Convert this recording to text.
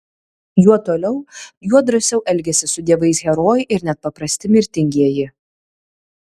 juo toliau juo drąsiau elgiasi su dievais herojai ir net paprasti mirtingieji